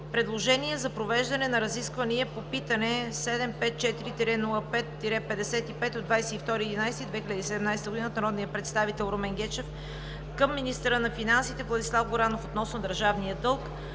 Предложение за провеждане на разисквания по питане № 754-05-55 от 22 ноември 2017 г. от народния представител Румен Гечев към министъра на финансите Владислав Горанов относно държавния дълг.